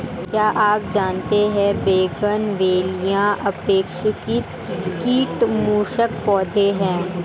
क्या आप जानते है बोगनवेलिया अपेक्षाकृत कीट मुक्त पौधे हैं?